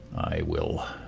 i will